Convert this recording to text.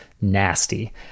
nasty